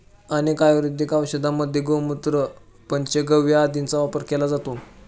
अनेक आयुर्वेदिक औषधांमध्ये गोमूत्र, पंचगव्य आदींचा वापर केला जातो